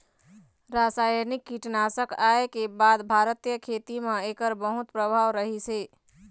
रासायनिक कीटनाशक आए के बाद भारतीय खेती म एकर बहुत प्रभाव रहीसे